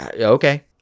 okay